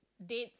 date